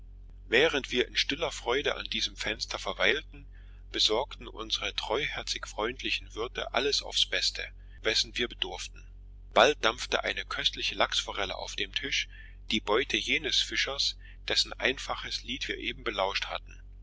während wir in stiller freude an diesem fenster verweilten besorgten unsre treuherzig freundlichen wirte alles auf's beste wessen wir bedurften bald dampfte eine köstliche lachsforelle auf dem tisch die beute jenes fischers dessen einfaches lied wir eben belauscht hatten